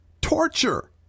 Torture